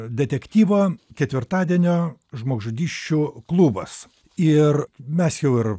detektyvo ketvirtadienio žmogžudysčių klubas ir mes jau ir